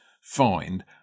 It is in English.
find